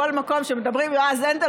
בכל מקום שמדברים על יועז הנדל,